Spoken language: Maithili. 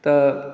तऽ